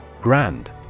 Grand